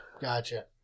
Gotcha